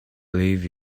leave